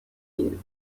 you